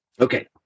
Okay